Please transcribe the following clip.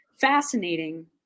fascinating